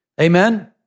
Amen